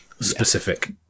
specific